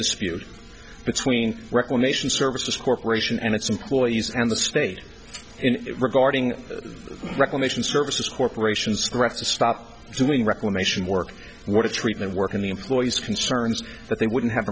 dispute between reclamation service corporation and its employees and the state and regarding reclamation services corporations graph to stop doing reclamation work what a treatment work in the employees concerns that they wouldn't have